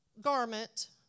garment